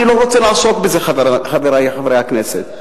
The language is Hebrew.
אני לא רוצה לעסוק בזה, חברי חברי הכנסת.